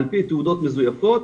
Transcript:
עפ"י תעודות מזויפות,